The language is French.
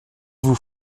vous